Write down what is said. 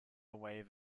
wave